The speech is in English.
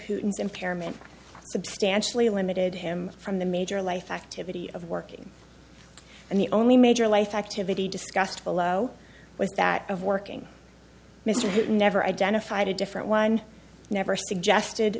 mr hooton impairment substantially limited him from the major life activity of working and the only major life activity discussed below with that of working mr junta never identified a different one never suggested